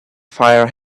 fire